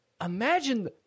Imagine